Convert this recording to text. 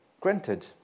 granted